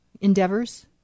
endeavors